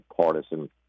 partisan